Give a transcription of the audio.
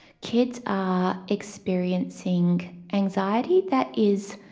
kids are experiencing anxiety that is,